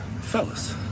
Fellas